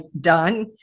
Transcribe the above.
done